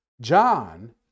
John